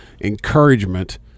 encouragement